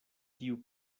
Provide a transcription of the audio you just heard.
tiu